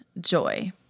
joy